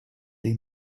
they